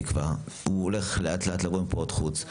הולך לאט-לאט לבוא עם מרפאות חוץ.